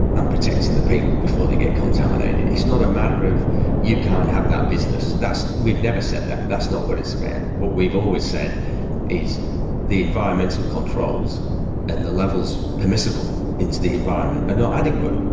and protecting the people before they get contaminated. it's not a matter of you can't have that business, we've never said that, that's not what it's about. what we've always said is the environmental controls and the levels permissible into the environment are not adequate.